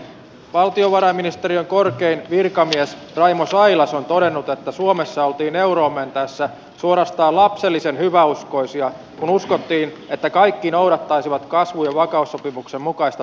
valtiovarainministeriön korkein virkamies raimo sailas on todennut että suomessa oltiin euroon mentäessä suorastaan lapsellisen hyväuskoisia kun uskottiin että kaikki noudattaisivat kasvu ja vakaussopimuksen mukaista budjettikuria